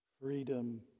freedom